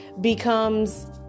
becomes